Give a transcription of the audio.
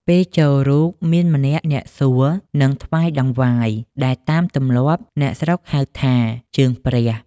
ពេលចូលរូបមានម្នាក់អ្នកសួរ និងថ្វាយតង្វាយ ដែលតាមទម្លាប់អ្នកស្រុកហៅ ថា "ជើងព្រះ” ។